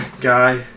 guy